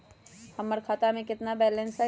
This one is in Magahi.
हमर खाता में केतना बैलेंस हई?